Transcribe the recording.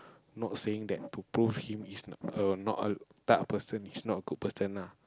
not saying that to prove him is err not a type of person is not a good person ah